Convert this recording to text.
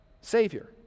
savior